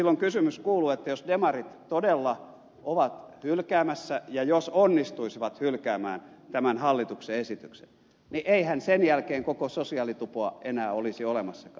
silloin kysymys kuuluu että jos demarit todella ovat hylkäämässä ja jos onnistuisivat hylkäämään tämän hallituksen esityksen niin eihän sen jälkeen koko sosiaalitupoa enää olisi olemassakaan